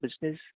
business